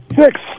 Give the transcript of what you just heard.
Six